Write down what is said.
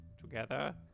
together